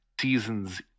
Season's